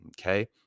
Okay